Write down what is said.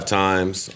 times